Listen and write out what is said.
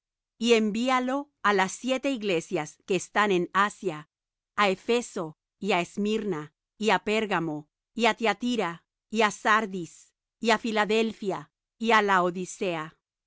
y envía lo á las siete iglesias que están en asia á efeso y á smirna y á pérgamo y á tiatira y á sardis y á filadelfia y á laodicea